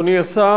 אדוני השר,